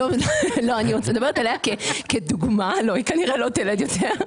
היא כנראה לא תלד יותר.